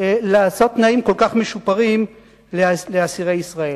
לעשות תנאים כל כך משופרים לאסירי ישראל.